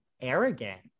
arrogant